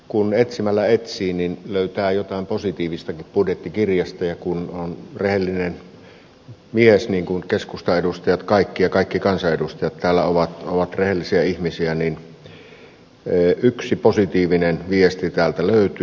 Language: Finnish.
kun etsimällä etsii niin löytää jotain positiivistakin budjettikirjasta ja kun on rehellinen mies niin kuin keskustan edustajat kaikki ja kaikki kansanedustajat täällä ovat rehellisiä ihmisiä niin yksi positiivinen viesti täältä löytyy